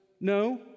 no